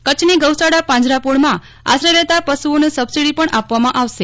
કરંછની ગૌશાળા પાંજરાપોળોમાં આશ્રય લેતા પશુઓને સબસીડી પણ આપવામાં આવશે